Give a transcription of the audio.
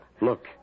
Look